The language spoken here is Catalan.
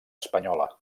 espanyola